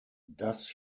does